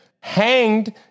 Hanged